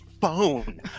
phone